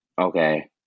Okay